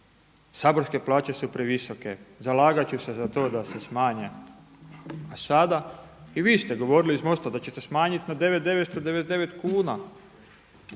Saborske plaće su previsoke. Zalagat ću se za to da se smanje. A sada? I vi ste govorili iz MOST-a da ćete smanjiti na 9.999 kuna